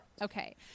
Okay